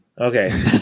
Okay